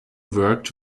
worked